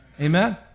Amen